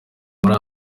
muri